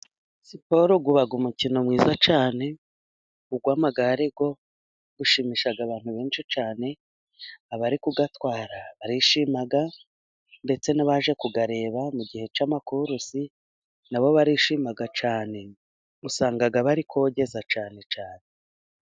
Siporo uba umukino mwiza cyane ,uw'amagare wo ushimisha abantu benshi cyane abari kuyatwara barishima ndetse n'abaje kuyareba mu gihe cy'amakurusi ,na bo barishima cyane, usanga bari kogeza cyane cyane.